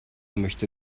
möchte